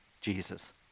Jesus